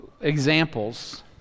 examples